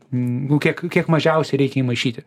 nu kiek kiek mažiausiai reikia įmaišyti